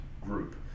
group